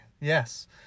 Yes